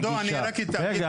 הגישה